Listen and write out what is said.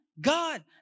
God